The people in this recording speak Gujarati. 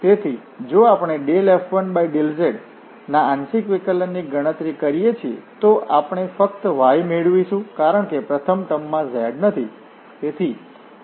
તેથી જો આપણે F1∂z ના આંશિક વિકલન ની ગણતરી કરીએ તો આપણે ફક્ત y મેળવીશું કારણ કે પ્રથમ ટર્મમાં z નથી